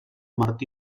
martí